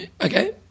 Okay